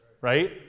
right